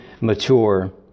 mature